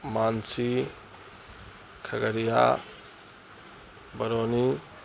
Mansi Khagaria Barauni